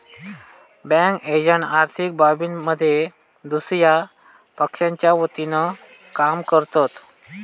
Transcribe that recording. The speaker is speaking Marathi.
बँक एजंट आर्थिक बाबींमध्ये दुसया पक्षाच्या वतीनं काम करतत